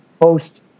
post